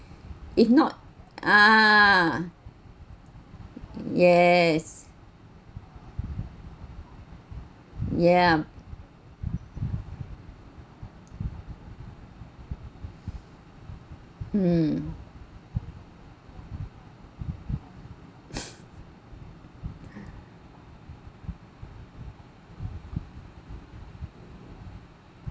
if not ah yes yup mm